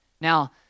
Now